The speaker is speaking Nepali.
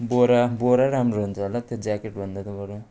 बोरा बोरा राम्रो हुन्छ होला हो त्यो ज्याकेटभन्दा त बरू